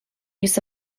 use